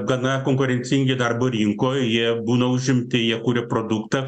gana konkurencingi darbo rinkoj jie būna užimti jie kuria produktą